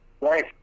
Right